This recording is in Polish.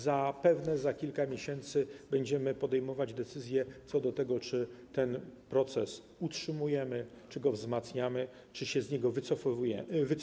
Zapewne za kilka miesięcy będziemy podejmować decyzję co do tego, czy ten proces utrzymujemy, czy go wzmacniamy, czy się z niego wycofujemy.